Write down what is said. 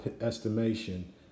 estimation